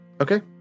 Okay